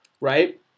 right